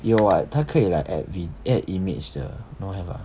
有 what 它可以 like add vid~ add image 的 don't have ah